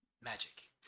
Magic